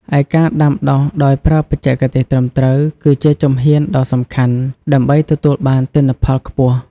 ឯការដាំដុះដោយប្រើបច្ចេកទេសត្រឹមត្រូវ គឺជាជំហានដ៏សំខាន់ដើម្បីទទួលបានទិន្នផលខ្ពស់។